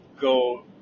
go